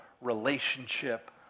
relationship